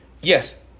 Yes